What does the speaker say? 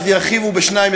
אז ירחיבו בשניים,